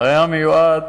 היה מיועד